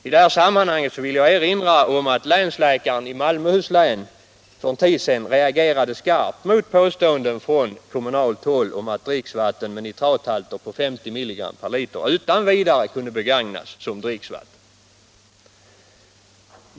I detta sammanhang vill jag erinra om att länsläkaren i Malmöhus län reagerat skarpt mot påstående från kommunalt håll att vatten med nitrathalter på 50 mg per liter utan vidare kan begagnas som dricksvatten.